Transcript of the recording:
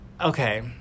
okay